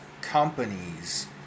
companies